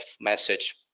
message